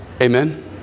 Amen